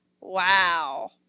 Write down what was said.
wow